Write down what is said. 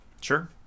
Sure